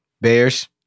Bears